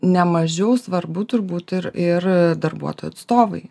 nemažiau svarbu turbūt ir ir darbuotojų atstovai